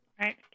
right